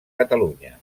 catalunya